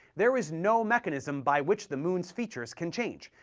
there is no mechanism by which the moon's features can change,